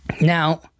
now